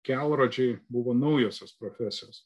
kelrodžiai buvo naujosios profesijos